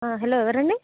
hello ఎవరండి